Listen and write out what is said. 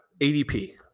ADP